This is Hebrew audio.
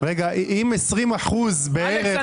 אם בערך 20% בערך זה הקרקע --- אלכס,